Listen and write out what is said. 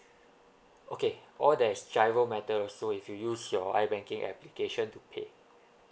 okay or there's GIRO method also if you use your i banking application to pay